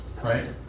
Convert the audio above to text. right